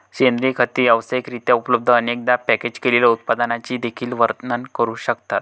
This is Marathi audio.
सेंद्रिय खते व्यावसायिक रित्या उपलब्ध, अनेकदा पॅकेज केलेल्या उत्पादनांचे देखील वर्णन करू शकतात